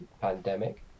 pandemic